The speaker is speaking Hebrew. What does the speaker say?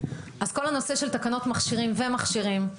כל הנושא של תקנות מכשירים ומכשירים,